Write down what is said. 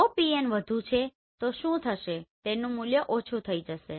તો જો Pn વધુ છે તો શું થશે તેનું મૂલ્ય ઓછું હશે